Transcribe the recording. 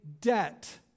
debt